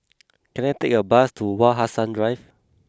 can I take a bus to Wak Hassan drive